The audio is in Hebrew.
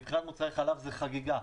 מבחינת מוצרי חלב זו חגיגה.